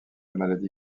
maladie